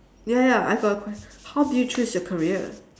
ya ya I got a quest~ how did you choose your career